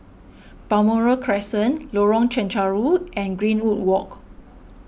Balmoral Crescent Lorong Chencharu and Greenwood Walk